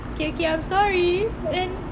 okay okay I'm sorry but then